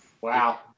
Wow